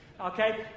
Okay